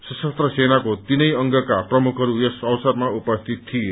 सशस्त्र सेनाको तीनै अंगका प्रमुखहरू यस अवसरमा उपस्थित थिए